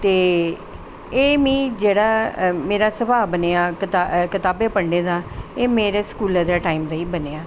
ते एह् में जेह्ड़ा मेरा स्भाव बनेआं कताबां पढ़नें दा एह् मेरा स्कूले दे टाईम दा गै बनेआ